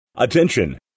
Attention